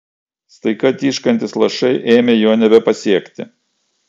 staiga tyškantys lašai ėmė jo nebepasiekti